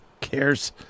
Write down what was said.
cares